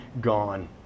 gone